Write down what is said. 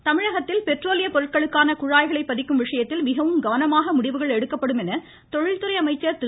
சண்முகம் தமிழகத்தில் பெட்ரோலிய பொருட்களுக்கான குழாய்களை பதிக்கும் விசயத்தில் மிகவும் கவனமாக முடிவுகள் எடுக்கப்படும் என்று தொழில்துறை அமைச்சர் திரு